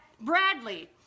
Bradley